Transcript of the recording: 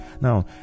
Now